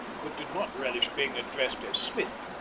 but did not relish being addressed as smith,